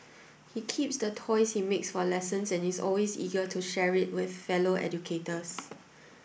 he keeps the toys he makes for lessons and is always eager to share it with fellow educators